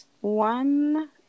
One